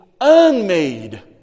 unmade